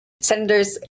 senators